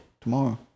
Tomorrow